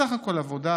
בסך הכול זו עבודה